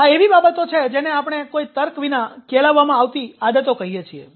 આ એવી બાબતો છે જેને આપણે કોઈ તર્ક વિના કેળવવામાં આવતી આદતો કહીએ છીએ